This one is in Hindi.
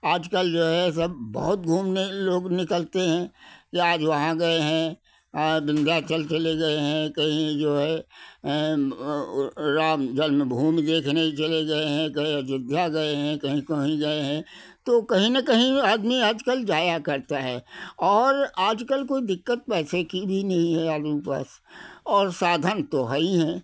आज कल जो है सब बहुत घूमने लोग निकलते हैं कि आज वहाँ गए हैं विन्ध्याचल के लिए गए हैं कहीं जो है वो राम जन्मभूमि देखने चले गए हैं कहीं अयोध्या गए हैं कहीं कहीं गए हैं तो कहीं ना कहीं आदमी आज कल जाया करता है और आज कल तो दिक्कत पैसे की भी नहीं है आदमी के पास और साधन भी हैं ही हैं